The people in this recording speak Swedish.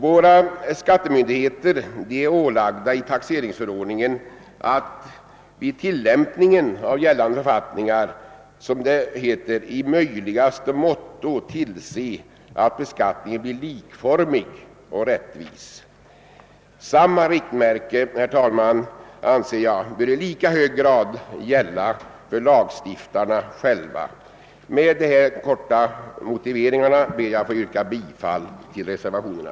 Våra skattemyndigheter är i taxeringsförordningen ålagda att vid tillämpningen av gällande författning, som det heter, i möjligaste måtto tillse att beskattningen blir likformig och rättvis. Samma riktmärke borde, herr talman, gälla för lagstiftarna själva. Med dessa korta motiveringar ber jag att få yrka bifail till reservationerna.